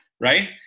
Right